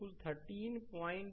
तो कुल RThevenin 1358 Ω है